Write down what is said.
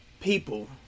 people